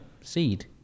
seed